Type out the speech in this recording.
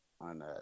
on